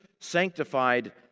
sanctified